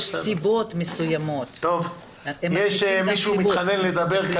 יש מישהו שמתחנן לדבר,